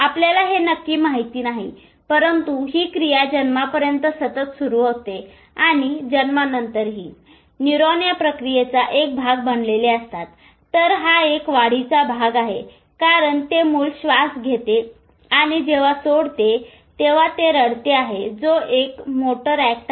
आपल्याला हे नक्की माहित नाही परंतु ही क्रिया जन्मापर्यंत सतत सुरू होते आणि जन्मानंतरही न्यूरॉन या प्रक्रियेचा एक भाग बनलेले असतात तर हा एक वाढीचा भाग आहे कारण ते मूल श्वास घेते आणि जेव्हा सोडते तेंव्हा ते रडते आहे जो एक मोटर अ ॅक्ट आहे